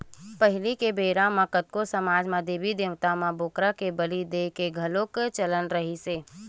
पहिली बेरा म कतको समाज म देबी देवता म बोकरा के बली देय के घलोक चलन रिहिस हे